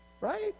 Right